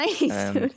Nice